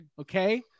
Okay